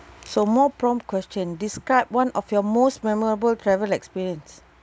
so more prompt question describe one of your most memorable travel experience